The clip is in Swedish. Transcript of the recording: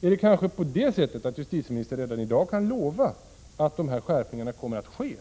Är det kanske på det sättet att justitieministern redan i dag kan lova att de här skärpningarna kommer att ske?